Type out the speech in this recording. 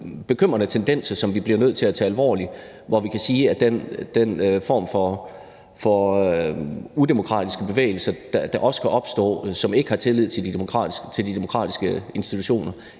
bekymrende tendenser, som vi bliver nødt til at tage alvorligt, og hvor vi kan sige, at vi bliver nødt til at tage den form for udemokratiske bevægelser, der også kan opstå, og som ikke har tillid til de demokratiske institutioner,